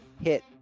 hit